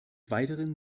weiteren